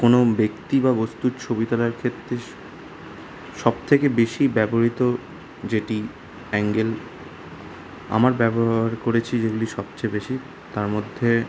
কোনও ব্যক্তি বা বস্তুর ছবি তোলার ক্ষেত্রে সবথেকে বেশি ব্যবহৃত যেটি অ্যাঙ্গেল আমার ব্যবহার করেছি যেগুলি সবচেয়ে বেশি তার মধ্যে